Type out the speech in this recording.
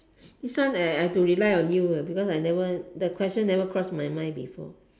this one I I have to rely on you because I never the question never cross my mind before